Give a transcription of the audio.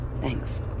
Thanks